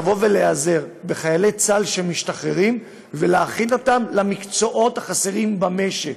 להיעזר בחיילי צה"ל שמשתחררים ולהכין אותם למקצועות החסרים במשק.